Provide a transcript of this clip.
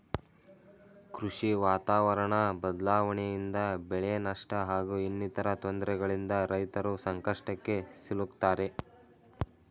ಕೃಷಿ ವಾತಾವರಣ ಬದ್ಲಾವಣೆಯಿಂದ ಬೆಳೆನಷ್ಟ ಹಾಗೂ ಇನ್ನಿತರ ತೊಂದ್ರೆಗಳಿಂದ ರೈತರು ಸಂಕಷ್ಟಕ್ಕೆ ಸಿಲುಕ್ತಾರೆ